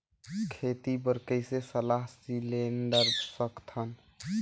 खेती बर कइसे सलाह सिलेंडर सकथन?